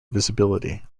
visibility